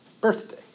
birthday